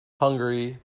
hungary